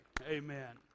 Amen